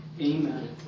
amen